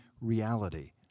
reality